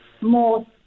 more